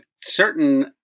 certain